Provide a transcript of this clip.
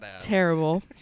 Terrible